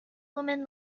woman